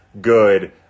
good